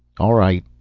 all right,